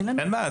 אין בעיה.